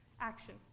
action